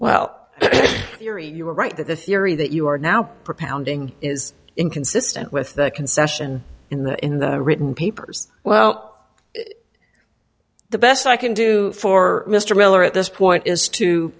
well yuri you are right that the theory that you are now propounding is inconsistent with the concession in the in the written papers well the best i can do for mr miller at this point is to